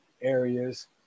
areas